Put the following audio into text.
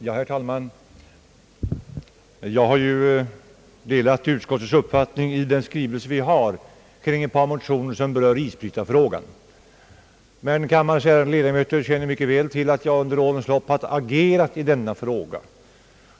Herr talman! Jag har delat utskottets uppfattning i dess skrivning kring ett par motioner som berör isbrytarfrågan. Men kammarens ärade ledamöter känner mycket väl till att jag under årens lopp har agerat i denna fråga.